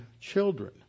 children